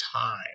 time